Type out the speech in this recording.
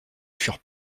furent